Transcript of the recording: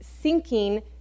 sinking